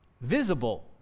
visible